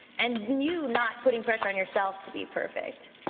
and you not putting pressure on yourself to be perfect.